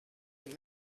and